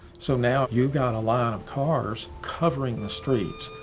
so now you've got a lot of cars covering the streets.